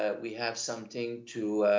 ah we have something to,